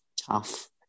tough